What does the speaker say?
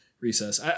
Recess